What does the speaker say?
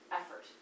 effort